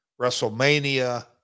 WrestleMania